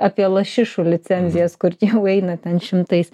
apie lašišų licenzijas kur tie jau eina ten šimtais